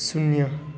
शून्य